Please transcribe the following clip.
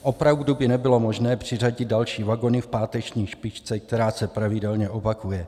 Opravdu by nebylo možné přiřadit další vagony v páteční špičce, která se pravidelně opakuje?